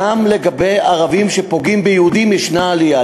גם לגבי ערבים שפוגעים ביהודים ישנה עלייה.